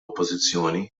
oppożizzjoni